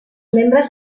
membres